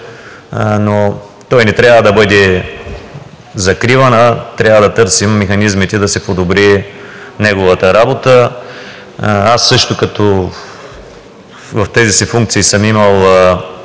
но той не трябва да бъде закриван, а трябва да търсим механизмите да се подобри неговата работа. Аз също в тези си функции съм имал